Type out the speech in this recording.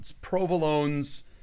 Provolone's